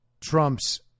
Trump's